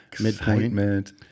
Midpoint